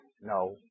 no